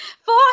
Four